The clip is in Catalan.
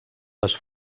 les